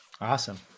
Awesome